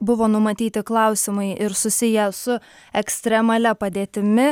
buvo numatyti klausimai ir susiję su ekstremalia padėtimi